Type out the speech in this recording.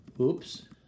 Oops